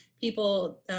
people